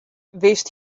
wist